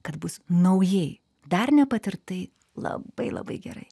kad bus naujai dar nepatirtai labai labai gerai